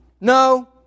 No